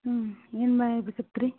ಹ್ಞೂ ನಿಮ್ಮ ಸಿಕ್ತು ರೀ